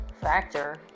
factor